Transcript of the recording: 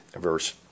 verse